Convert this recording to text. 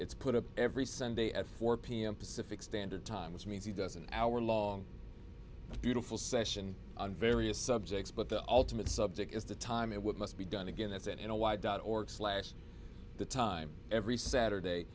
it's put up every sunday at four pm pacific standard time which means he doesn't hour long beautiful session on various subjects but the ultimate subject is the time it would must be done again as in a wide dot org slash the time every saturday